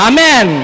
Amen